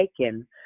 taken